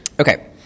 Okay